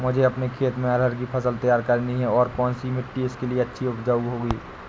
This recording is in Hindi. मुझे अपने खेत में अरहर की फसल तैयार करनी है और कौन सी मिट्टी इसके लिए अच्छी व उपजाऊ होगी?